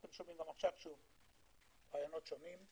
כי אתם שומעים עכשיו שוב רעיונות שונים,